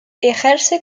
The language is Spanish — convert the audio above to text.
ejerce